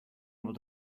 able